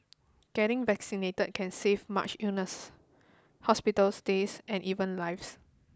getting vaccinated can save much illness hospital stays and even lives